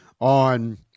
on